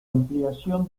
ampliación